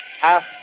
Half